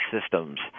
systems